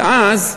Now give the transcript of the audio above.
ואז,